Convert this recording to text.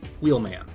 wheelman